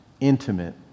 intimate